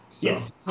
Yes